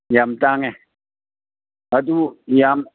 ꯌꯥꯝ ꯇꯥꯡꯉꯦ ꯑꯗꯨ ꯌꯥꯝ